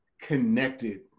connected